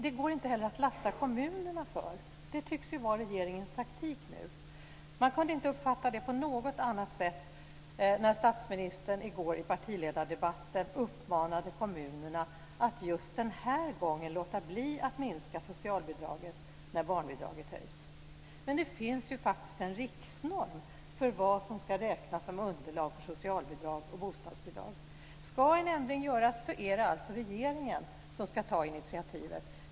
Det går inte att lasta kommunerna för detta, som tycks vara regeringens taktik just nu. Man kunde inte uppfatta det på något annat sätt när statsministern i går i partiledardebatten uppmanade kommunerna att just den här gången låta bli att minska socialbidraget när barnbidraget höjs. Det finns ju faktiskt en riksnorm för vad som ska räknas som underlag för socialbidrag och bostadsbidrag. Ska en ändring göras är det alltså regeringen som ska ta initiativet.